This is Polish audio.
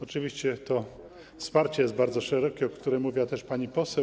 Oczywiście to wsparcie jest bardzo szerokie, o czym mówiła też pani poseł.